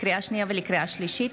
לקריאה שנייה ולקריאה שלישית,